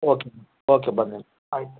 okay okay ಬನ್ನಿ ಆಯಿತು